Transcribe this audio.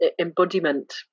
embodiment